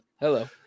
Hello